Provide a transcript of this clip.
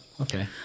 Okay